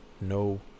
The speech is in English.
no